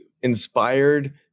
inspired